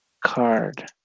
card